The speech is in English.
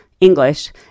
English